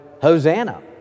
Hosanna